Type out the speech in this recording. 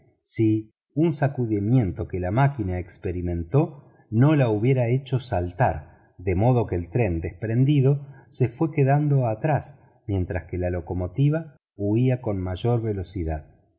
si un sacudimiento que la máquina experimentó no la hubiera hecho saltar de modo que el tren desprendido se fue quedando arás mientras que la locomotora huía con mayor velocidad